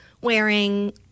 wearing